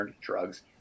drugs